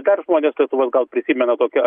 dar žmonės lietuvos gal prisimena tokią